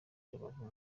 rubavu